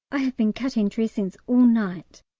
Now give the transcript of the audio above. i have been cutting dressings all night.